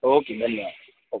okay धन्यवाद हो